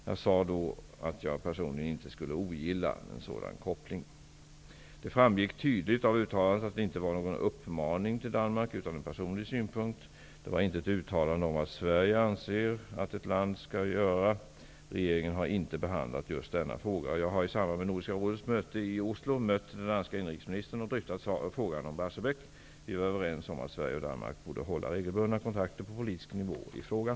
Jag sade då att jag personligen inte skulle ogilla en sådan koppling. Det framgick tydligt av uttalandet att det inte var någon uppmaning till Danmark, utan en personlig synpunkt. Det var inte ett uttalande om vad Sverige anser att ett annat land skall göra. Regeringen har inte behandlat just denna fråga. Jag har i samband med Nordiska rådets möte i Oslo mött den danska inrikesministern och dryftat frågan om Barsebäck. Vi var överens om att Sverige och Danmark borde hålla regelbundna kontakter på politisk nivå i frågan.